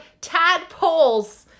tadpoles